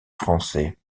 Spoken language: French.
français